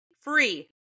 free